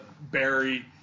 Barry